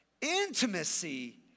intimacy